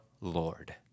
Lord